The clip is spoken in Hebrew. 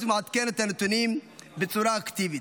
ומעדכנת את הנתונים בצורה אקטיבית,